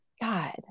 God